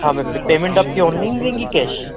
ہاں ma'am payment آپ کیا آن لائن دیں گی کیش